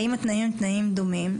האם התנאים הם תנאים דומים?